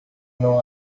não